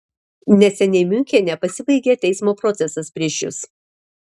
neseniai miunchene pasibaigė teismo procesas prieš jus